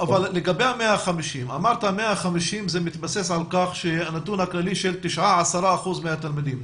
אמרת ש-150,000 מתבסס על הנתון הכללי של 9%-10% מהתלמידים.